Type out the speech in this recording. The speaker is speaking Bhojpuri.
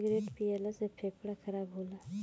सिगरेट पियला से फेफड़ा खराब होला